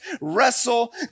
wrestle